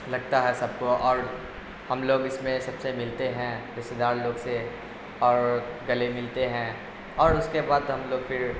لگتا ہے سب کو اور ہم لوگ اس میں سب سے ملتے ہیں رشتے دار لوگ سے اور گلے ملتے ہیں اور اس کے بعد ہم لوگ پھر